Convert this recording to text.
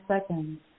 seconds